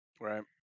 right